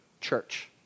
church